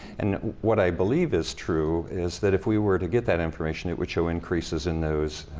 and what i believe is true is that if we were to get that information it would show increases in those